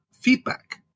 feedback